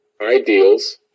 ideals